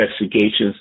investigations